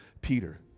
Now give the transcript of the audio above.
Peter